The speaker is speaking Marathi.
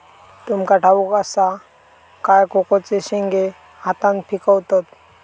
तुमका ठाउक असा काय कोकोचे शेंगे हातान पिकवतत